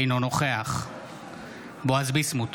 אינו נוכח בועז ביסמוט,